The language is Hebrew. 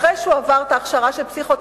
אחרי שהוא עבר את ההכשרה של פסיכותרפיה,